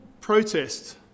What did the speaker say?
protest